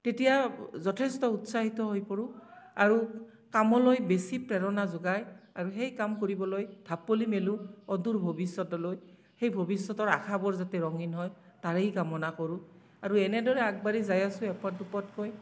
তেতিয়া যথেষ্ট উৎসাহিত হৈ পৰোঁ আৰু কামলৈ বেছি প্ৰেৰণা যোগায় আৰু সেই কাম কৰিবলৈ ঢাপলি মেলো অদূৰ ভৱিষ্যতলৈ সেই ভৱিষ্যতৰ আশাবোৰ যাতে ৰঙীণ হয় তাৰেই কামনা কৰোঁ আৰু এনেদৰে আগবাঢ়ি যাই আছোঁ এপদ দুপদকৈ